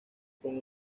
con